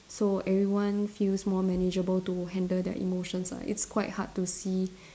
so everyone feels more manageable to handle their emotions lah it's quite hard to see